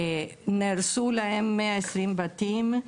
נהרסו להם 120 בתים,